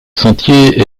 sentier